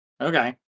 Okay